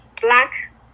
black